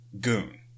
goon